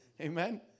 Amen